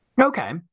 Okay